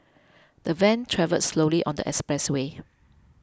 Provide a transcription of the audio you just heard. the van travelled slowly on the expressway